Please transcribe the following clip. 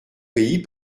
pays